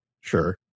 sure